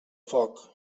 foc